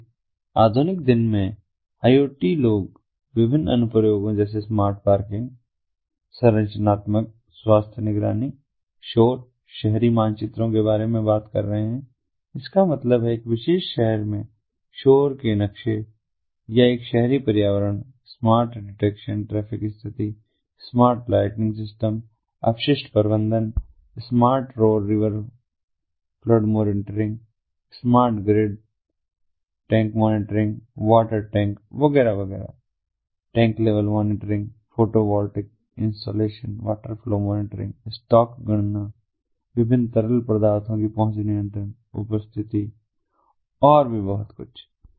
इसलिए आधुनिक दिन में IoT लोग विभिन्न अनुप्रयोगों जैसे स्मार्ट पार्किंग संरचनात्मक स्वास्थ्य निगरानी शोर शहरी मानचित्रों के बारे में बात कर रहे हैं इसका मतलब है एक विशेष शहर में शोर के नक्शे या एक शहरी पर्यावरण स्मार्टफोन डिटेक्शन ट्रैफिक स्थिति स्मार्ट लाइटिंग सिस्टम अपशिष्ट प्रबंधन smart road river flood monitoring smart grid tank monitoring water tank वगैरह tank level monitoring photovoltaic installation water flow monitoring stock गणना विभिन्न तरल पदार्थों की पहुंच नियंत्रण उपस्थिति और भी बहुत कुछ